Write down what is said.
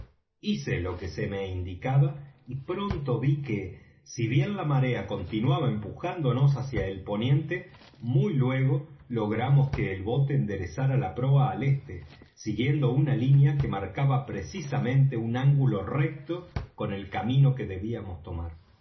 hice lo que se me indicaba y pronto ví que si bien la marea continuaba empujándonos hacia el poniente muy luego logramos que el bote enderezara la proa al este siguiendo una línea que marcaba precisamente un ángulo recto con el camino que debíamos tomar